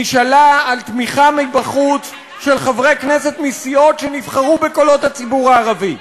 נשענה על תמיכה מבחוץ של חברי כנסת מסיעות שנבחרו בקולות הציבור הערבי.